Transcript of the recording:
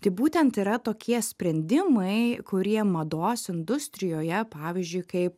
tai būtent yra tokie sprendimai kurie mados industrijoje pavyzdžiui kaip